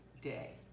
day